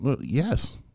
yes